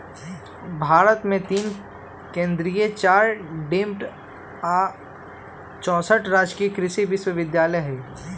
भारत मे तीन केन्द्रीय चार डिम्ड आ चौसठ राजकीय कृषि विश्वविद्यालय हई